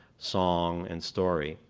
song, and story.